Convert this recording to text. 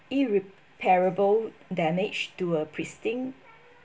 irreparable damage to a pristine